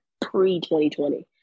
pre-2020